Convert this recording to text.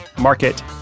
market